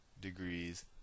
degrees